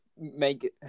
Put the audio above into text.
make